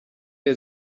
der